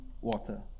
water